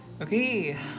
okay